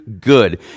good